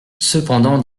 cependant